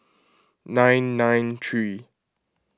nine nine three